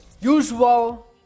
usual